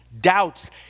doubts